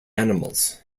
animals